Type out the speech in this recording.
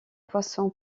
poisson